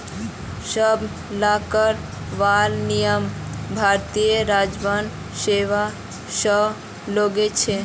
सब ला कर वाला नियम भारतीय राजस्व सेवा स्व लागू होछे